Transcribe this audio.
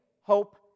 hope